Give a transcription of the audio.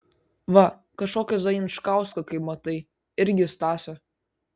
va kažkokio zajančkausko kaip matai irgi stasio